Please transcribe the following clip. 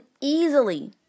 easily